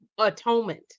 Atonement